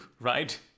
right